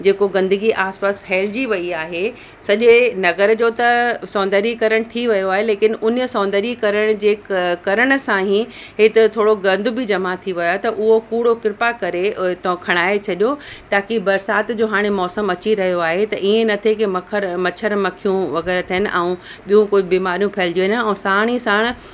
जेको गंदगी आसिपासि फ़ैलजी वेई आहे सॼे नगर जो त सौंदर्यीकरण थी वियो आहे लेकिनि हुन सौंदर्यीकरण जे करण सां ई हिते थोरो गंद बि जमा थी वियो आहे त उहो कूड़ो कृपा करे हितां खणाए छॾियो ताकि बरसाति जो हाणे मौसमु अची रहियो आहे त इअं न थिए कि मखर मच्छर मखियूं वग़ैरह थियनि ऐं ॿियो कोई बीमारियूं फ़ैलजी वञनि और साण ई साण